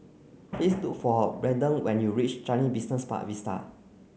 please look for Braeden when you reach Changi Business Park Vista